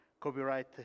copyright